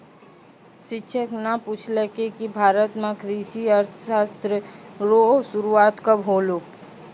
शिक्षक न पूछलकै कि भारत म कृषि अर्थशास्त्र रो शुरूआत कब होलौ